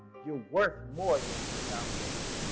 you're worth more than a ten dollars haircut.